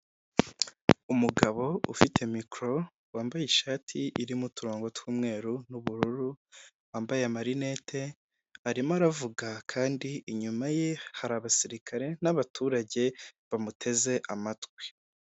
Umugabo ufite mikoro wambaye ishati irimo uturongo tw'umweru n'ubururu, wambaye amarinete arimo aravuga kandi inyuma ye hari abasirikare n'abaturage bamuteze amatwi.